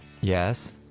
Yes